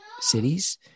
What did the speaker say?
cities